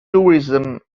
tourism